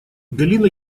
галина